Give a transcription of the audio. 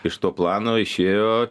iš to plano išėjo